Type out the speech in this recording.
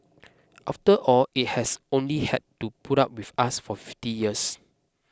after all it has only had to put up with us for fifty years